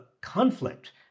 conflict